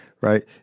right